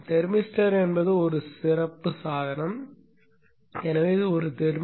thermistor என்பது ஒரு சிறப்பு சாதனம் எனவே இது ஒரு தெர்மிஸ்டர்